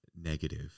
negative